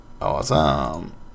Awesome